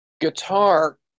guitar